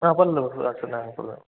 ആ പറഞ്ഞുകൊള്ളൂ പറഞ്ഞുകൊള്ളൂ പറഞ്ഞുകൊള്ളൂ